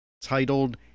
titled